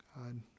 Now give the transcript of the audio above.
God